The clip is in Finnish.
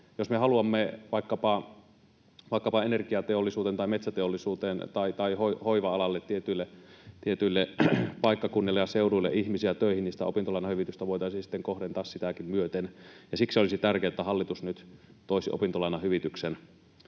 Jos me haluamme vaikkapa energiateollisuuteen tai metsäteollisuuteen tai hoiva-alalle tietyille paikkakunnille ja seuduille ihmisiä töihin, niin sitä opintolainahyvitystä voitaisiin sitten kohdentaa sitäkin myöten. Olisi tärkeää, että hallitus nyt toisi opintolainahyvityksen